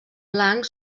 blanc